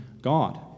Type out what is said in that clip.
God